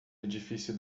edifício